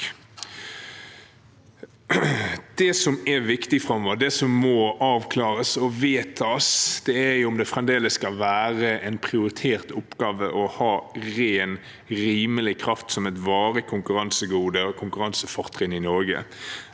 det som må avklares og vedtas, er om det fremdeles skal være en prioritert oppgave å ha ren og rimelig kraft som et varig konkurransegode og konkurransefortrinn i Norge.